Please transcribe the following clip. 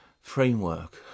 framework